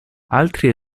altri